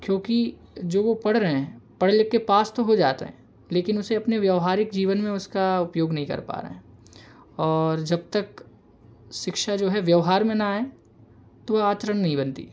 क्योंकि जो वो पढ़ रहे हैं पढ़ लिख कर पास तो हो जाते हैं लेकिन उसे अपने व्यावहारिक जीवन में उसका उपयोग नहीं कर पा रहें और जब तक शिक्षा जो है व्यवहार में न आए तो आचरण नहीं बनती